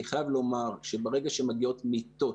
אני חייב לומר שברגע שמגיעות מיטות